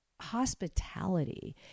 hospitality